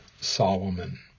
Solomon